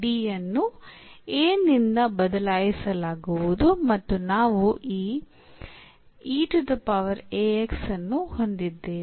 D ಯನ್ನು a ನಿಂದ ಬದಲಾಯಿಸಲಾಗುವುದು ಮತ್ತು ನಾವು ಈ ಅನ್ನು ಹೊಂದಿದ್ದೇವೆ